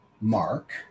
Mark